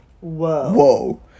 whoa